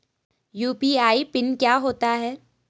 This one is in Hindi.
यु.पी.आई पिन क्या होता है?